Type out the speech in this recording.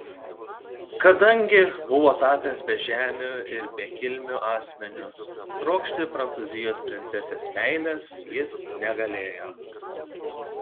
kadangi buvo tapęs bežemiu ir bekilmiu asmeniu trokšti prancūzijos princesės meilės jis negalėjo